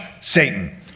Satan